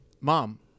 Mom